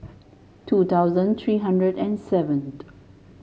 two thousand three hundred and seventh